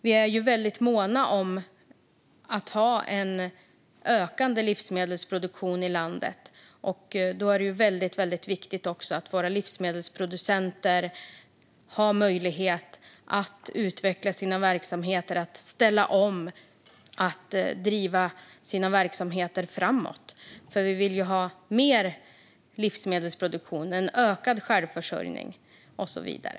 Vi är väldigt måna om att ha en ökande livsmedelsproduktion i landet. Då är det mycket viktigt att våra livsmedelsproducenter har möjlighet att utveckla sina verksamheter, att ställa om och att driva sina verksamheter framåt. Vi vill ju ha mer livsmedelsproduktion, en ökad självförsörjning och så vidare.